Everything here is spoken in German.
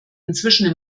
inzwischen